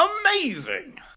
Amazing